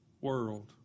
world